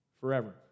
forever